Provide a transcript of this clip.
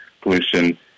pollution